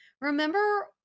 Remember